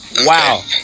wow